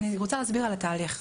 אני רוצה להסביר על התהליך.